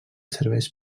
serveix